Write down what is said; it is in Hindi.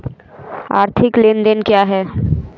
आर्थिक लेनदेन क्या है?